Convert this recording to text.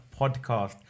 podcast